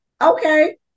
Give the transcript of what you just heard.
okay